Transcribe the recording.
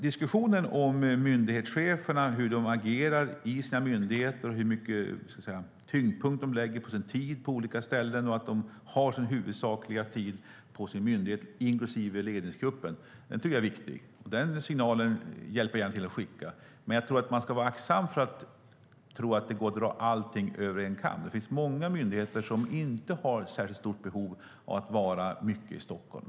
Diskussionen om hur myndighetscheferna agerar i sina myndigheter och hur mycket tid de lägger ned på olika orter är viktig. Det gäller också ledningsgruppen. Den signalen hjälper jag gärna till med att skicka. Men man ska vara aktsam med att tro att det går att dra allting över en kam. Det finns många myndigheter som inte har särskilt stort behov av att ha verksamhet i Stockholm.